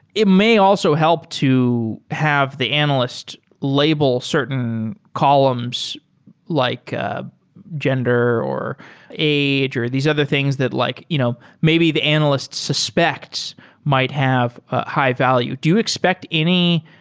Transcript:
it may also help to have the analyst label certain columns like ah gender or age or these other things that like you know maybe the analysts suspects might have high-value. do you expect any